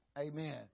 Amen